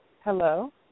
Hello